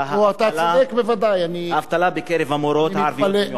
האבטלה בקרב המורות הערביות.